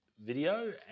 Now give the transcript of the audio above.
video